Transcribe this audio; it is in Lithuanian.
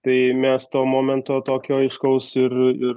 tai mes to momento tokio aiškaus ir ir